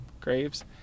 graves